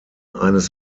eines